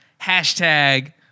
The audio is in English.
#Hashtag